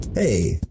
Hey